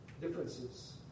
differences